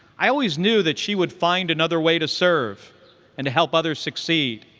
i always knew that she would find another way to serve and to help others succeed,